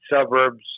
suburbs